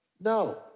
No